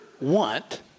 want